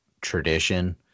tradition